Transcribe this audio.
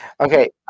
Okay